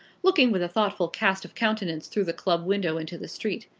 looking with a thoughtful cast of countenance through the club window into the street.